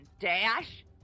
dash